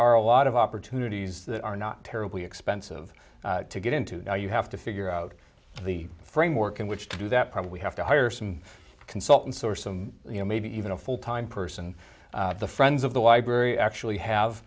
are a lot of opportunities that are not terribly expensive to get into you have to figure out the framework in which to do that probably have to hire some consultants or some you know maybe even a full time person the friends of the library actually have